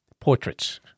portraits